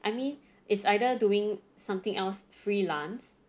I mean it's either doing something else freelance